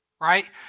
right